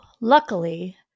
luckily